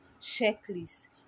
checklist